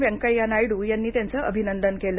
वेंकय्या नायडू यांनी त्यांचं अभिनंदन केलं